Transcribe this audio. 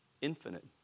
infinite